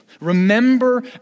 Remember